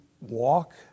walk